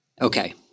Okay